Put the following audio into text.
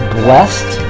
blessed